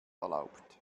erlaubt